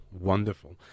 Wonderful